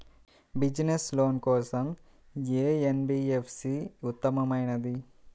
Business loan కోసం ఏ NBFC ఉత్తమమైనది?